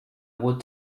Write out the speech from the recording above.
what